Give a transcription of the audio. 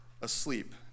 asleep